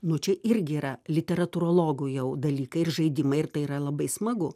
nuo čia irgi yra literatūrologų jau dalykai ir žaidimai ir tai yra labai smagu